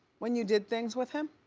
when you did things with him?